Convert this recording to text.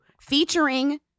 Featuring